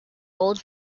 old